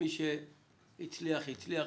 מי שהצליח, הצליח.